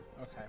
Okay